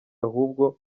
ahubwo